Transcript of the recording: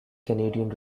canadian